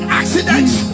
accidents